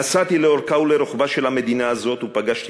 נסעתי לאורכה ולרוחבה של המדינה הזאת ופגשתי